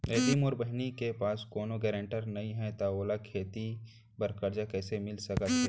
यदि मोर बहिनी के पास कोनो गरेंटेटर नई हे त ओला खेती बर कर्जा कईसे मिल सकत हे?